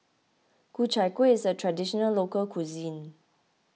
Ku Chai Kueh is a Traditional Local Cuisine